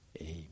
amen